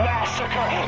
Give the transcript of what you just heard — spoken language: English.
Massacre